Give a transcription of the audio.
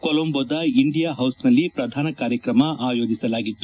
ಕೊಲೊಂಬೊದ India ಹೌಸ್ನಲ್ಲಿ ಪ್ರಧಾನ ಕಾರ್ಯಕ್ರಮ ಆಯೋಜಿಸಲಾಗಿತ್ತು